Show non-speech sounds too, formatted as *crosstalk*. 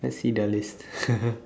let's see their list *laughs*